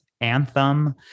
Anthem